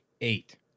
eight